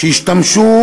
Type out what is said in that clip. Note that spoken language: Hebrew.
שהשתמשו